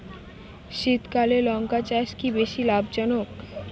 শীতকালে লঙ্কা চাষ কি বেশী লাভজনক?